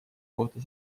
kohta